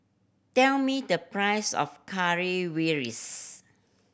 tell me the price of Currywurst